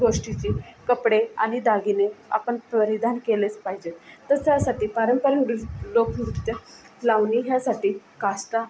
गोष्टीची कपडे आणि दागिने आपण परिधान केलेच पाहिजेत तर त्यासाठी पारंपरिक नृत्य लोकनृत्य लावणी ह्यासाटी काष्टा